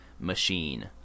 machine